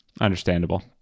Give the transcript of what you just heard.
Understandable